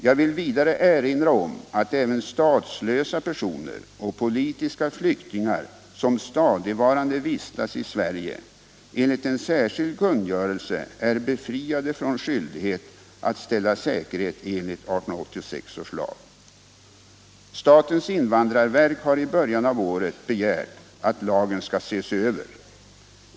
Jag vill vidare erinra om att även statslösa personer och politiska flyktingar som stadigvarande vistas i Sverige enligt en särskild kungörelse är befriade från skyldighet att ställa säkerhet enligt 1886 års lag. Statens invandrarverk har i början av året begärt att lagen skall ses över.